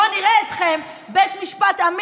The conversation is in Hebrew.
בואו נראה אתכם, בית משפט אמיץ,